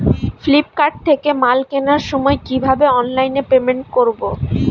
Flipkart থেকে মাল কেনার সময় কিভাবে অনলাইনে পেমেন্ট করব?